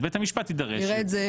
בית המשפט יידרש לזה.